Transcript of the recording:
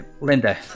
Linda